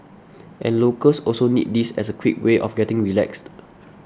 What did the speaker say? and locals also need this as a quick way of getting relaxed